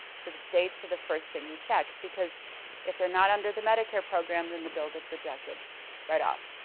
so the dates are the first thing we check because if they're not under the medicare program, then the bill gets rejected right off.